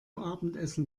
abendessen